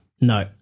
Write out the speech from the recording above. No